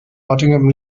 nottingham